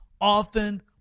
often